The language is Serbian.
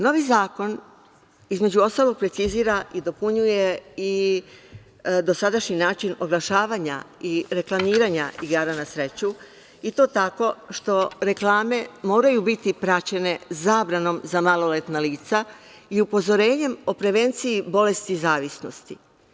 Novi zakon između ostalog precizira i dopunjuje i dosadašnji način oglašavanja i reklamiranja igara na sreću i to tako što reklame moraju bit praćene zabranom za maloletna lica i upozorenjem o prevenciji bolesti zavisnosti.